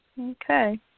Okay